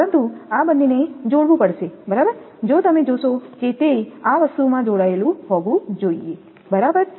પરંતુ આ બંનેને જોડવું પડશે બરાબર જો તમે જોશો કે તે આ વસ્તુમાં જોડાયેલું હોવું જોઈએ બરાબર